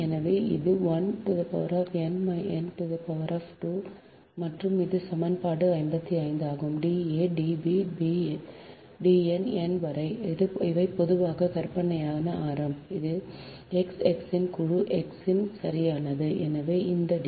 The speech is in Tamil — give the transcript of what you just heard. எனவே இது 1n2 மற்றும் இது சமன்பாடு 55 ஆகும் D A Db b Dn n வரை அவை பொதுவாக கற்பனையான ஆரம் இது X X இன் குழு x இன் சரியானது எனவே இந்த D